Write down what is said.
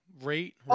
rate